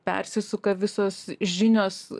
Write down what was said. persisuka visos žinios